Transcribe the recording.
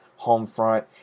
Homefront